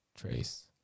Trace